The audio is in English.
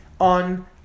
on